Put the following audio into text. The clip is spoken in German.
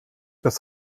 das